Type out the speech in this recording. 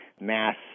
mass